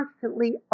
constantly